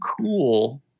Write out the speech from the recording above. cool